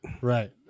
Right